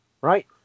right